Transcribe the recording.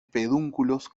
pedúnculos